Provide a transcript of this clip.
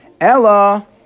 Ella